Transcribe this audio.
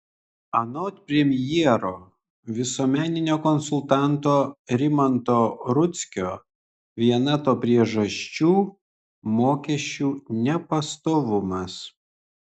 anot premjero visuomeninio konsultanto rimanto rudzkio viena to priežasčių mokesčių nepastovumas